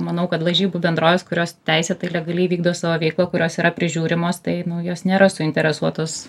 manau kad lažybų bendrovės kurios teisėtai legaliai vykdo savo veiklą kurios yra prižiūrimos tai nu jos nėra suinteresuotos